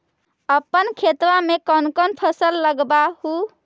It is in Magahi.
अपन खेतबा मे कौन कौन फसल लगबा हू?